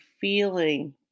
feeling